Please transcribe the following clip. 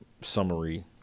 summary